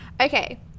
Okay